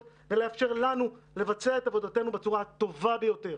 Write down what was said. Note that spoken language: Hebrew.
ולאפשר לנו לבצע את עבודתנו בצורה הטובה ביותר.